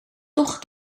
toch